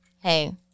hey